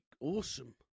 awesome